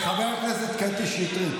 חברת הכנסת קטי שטרית.